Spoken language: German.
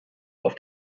auf